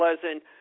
pleasant